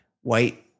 white